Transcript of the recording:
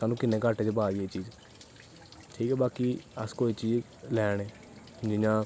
साह्नू किन्ने घट्ट च पादी एह् चीज़ठीक ऐ अस बाकी कोई चीज़ लै ने जियां